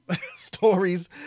stories